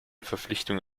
verpflichtung